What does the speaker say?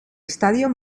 estadio